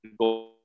go